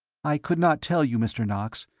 i could not tell you, mr. knox.